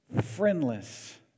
friendless